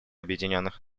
объединенных